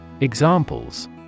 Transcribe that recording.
Examples